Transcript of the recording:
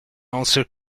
also